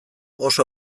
oso